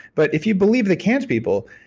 but if you believe that can't people,